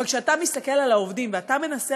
אבל כשאתה מסתכל על העובדים ואתה מנסה